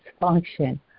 function